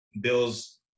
bills